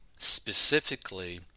Specifically